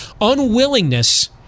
unwillingness